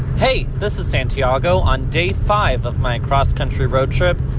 hey. this is santiago on day five of my cross-country road trip.